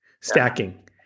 stacking